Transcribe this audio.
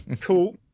Cool